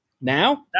Now